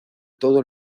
todo